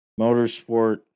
Motorsport